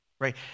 right